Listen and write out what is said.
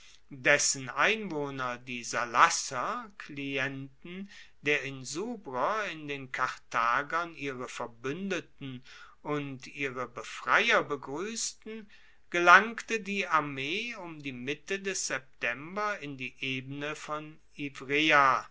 dessen einwohner die salasser klienten der insubrer in den karthagern ihre verbuendeten und ihre befreier begruessten gelangte die armee um die mitte des september in die ebene von